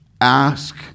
ask